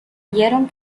vieron